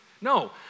No